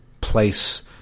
place